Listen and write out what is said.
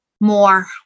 more